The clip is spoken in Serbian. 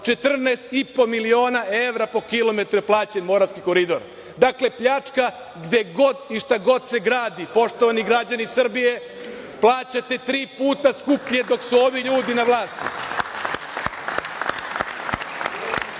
14,5 miliona evra po kilometru je plaćen Moravski koridor. Dakle, pljačka gde god i šta god se gradi. Poštovani građani Srbije, plaćate tri puta skuplje dok su ovi ljudi na vlasti.